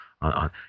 on